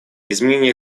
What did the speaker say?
изменение